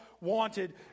wanted